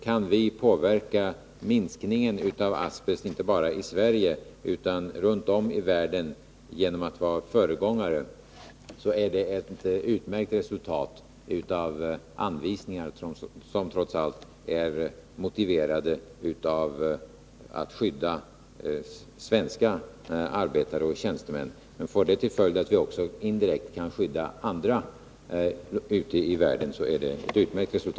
Kan vi få till stånd en minskning av asbest inte bara i Sverige utan runt om i världen genom att vara Nr 15 föregångare, är det ett utmärkt resultat av anvisningarna, som trots allt är Fredagen den motiverade för att skydda svenska arbetare och tjänstemän. Får detta till 30 oktober 1981 följd att vi också indirekt kan skydda andra ute i världen är det ett utmärkt